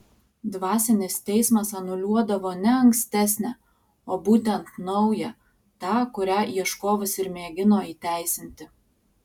dvasinis teismas anuliuodavo ne ankstesnę o būtent naują tą kurią ieškovas ir mėgino įteisinti